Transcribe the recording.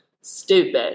stupid